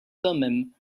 thummim